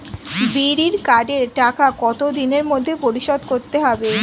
বিড়ির কার্ডের টাকা কত দিনের মধ্যে পরিশোধ করতে হবে?